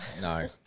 no